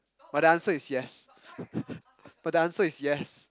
but the answer is yes but the answer is yes